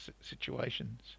situations